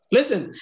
Listen